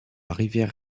rivière